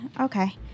okay